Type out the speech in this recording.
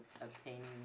obtaining